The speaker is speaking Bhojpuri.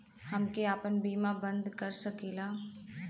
हमके आपन बीमा बन्द कर सकीला?